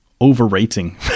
Overrating